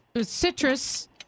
Citrus